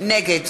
נגד